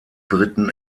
briten